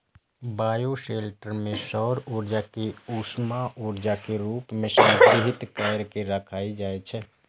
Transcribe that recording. bioshelter मे सौर ऊर्जा कें उष्मा ऊर्जा के रूप मे संग्रहीत कैर के राखल जाइ छै